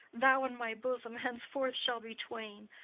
thou and my bosom henceforth shall be twain.